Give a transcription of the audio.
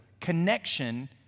connection